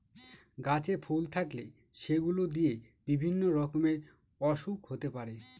গাছে ফুল থাকলে সেগুলো দিয়ে বিভিন্ন রকমের ওসুখ হতে পারে